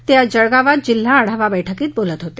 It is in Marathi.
ते आज जळगावात जिल्हा आढावा बैठकीत बोलत होते